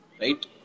right